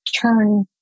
turn